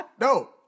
No